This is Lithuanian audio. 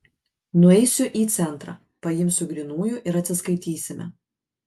nueisiu į centrą paimsiu grynųjų ir atsiskaitysime